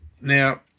Now